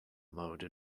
mode